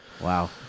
Wow